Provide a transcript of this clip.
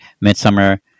midsummer